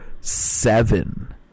seven